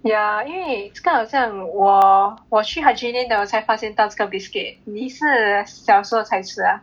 ya 因为这个好像我我去 training 我才发现到这个 biscuit 你是小时候才吃啊